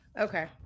Okay